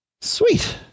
Sweet